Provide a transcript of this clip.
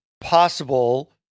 possible—